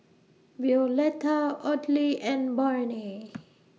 Violetta Audley and Barney